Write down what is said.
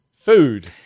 food